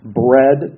bread